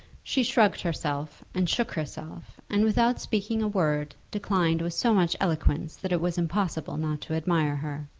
she shrugged herself, and shook herself, and without speaking a word declined with so much eloquence that it was impossible not to admire her.